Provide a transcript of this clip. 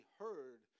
heard